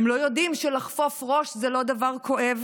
הם לא יודעים שלחפוף ראש זה לא דבר כואב